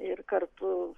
ir kartu